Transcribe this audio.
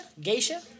Geisha